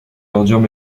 ordures